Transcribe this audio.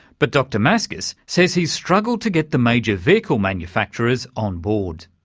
but dr maskus says he's struggled to get the major vehicle manufacturers onboard.